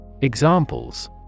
Examples